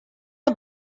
amb